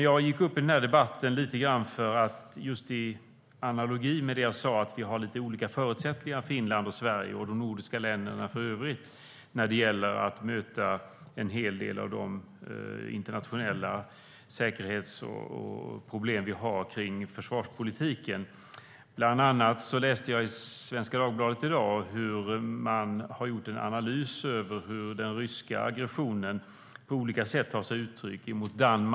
Jag gick upp i debatten just i analogi med det jag sa om att Finland och Sverige och de nordiska länderna för övrigt har lite olika förutsättningar när det gäller att möta en hel del av de internationella säkerhetsproblem vi har i försvarspolitiken. Jag läste i Svenska Dagbladet i dag att man har gjort en analys av hur den ryska aggressionen på olika sätt tar sig uttryck.